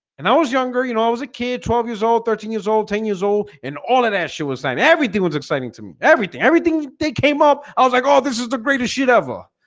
and i was younger, you know i was a kid twelve years old thirteen years old ten years old and all it as she was saying everything was exciting to me everything everything they came up. i was like, oh, this is the greatest shit ever